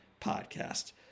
podcast